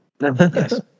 Yes